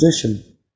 position